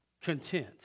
content